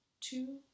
two